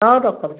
ହଉ ରଖନ୍ତୁ